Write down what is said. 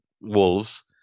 Wolves